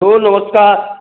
तो नमस्कार